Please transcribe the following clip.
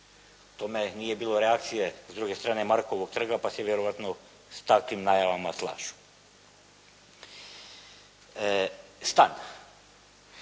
tome nije bilo reakcije s druge strane Markovog trga pa se vjerojatno s takvim najavama slažu. Stav.